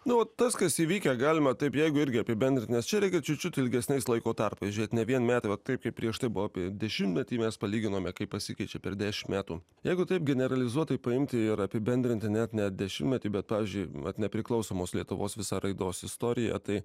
na o tas kas įvykę galime taip jeigu irgi apibendrinti nes čia reikia čiut čiut ilgesniais laiko tarpais žiūrėt ne vien metai vat taip kaip prieš tai buvo apie dešimtmetį mes palyginome kaip pasikeičia per dešim metų jeigu taip generalizuot paimti ir bendrinti net ne dešimtmetį bet pavyzdžiui vat nepriklausomos lietuvos visą raidos istoriją tai